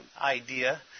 idea